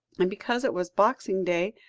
and because it was boxing day,